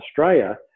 Australia